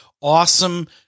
awesome